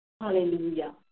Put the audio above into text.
Hallelujah